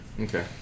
Okay